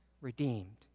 redeemed